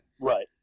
Right